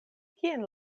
kien